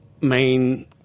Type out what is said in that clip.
main